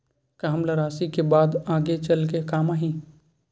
का हमला राशि करे के बाद आगे चल के काम आही?